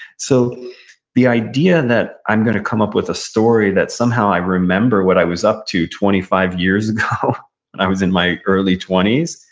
so the idea that i'm going to come up with a story that somehow i remember what i was up to twenty five years ago when and i was in my early twenty s,